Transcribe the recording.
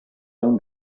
own